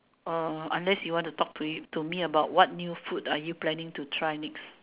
um unless you want to talk to you to me about new food are you planning to try next